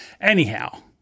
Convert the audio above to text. Anyhow